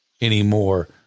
anymore